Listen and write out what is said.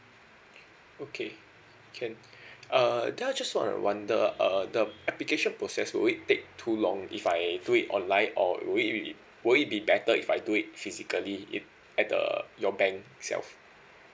okay can uh then I just wanna wonder uh the application process will it take too long if I do it online or will it will it be better if I do it physically in at the your bank itself